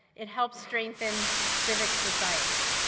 it helps strengthen civic society.